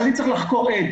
אבל כשאני צריך לחקור עד,